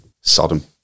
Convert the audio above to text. Sodom